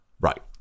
Right